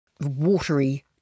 watery